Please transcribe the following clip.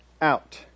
out